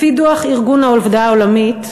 לפי דוח ארגון העבודה העולמי,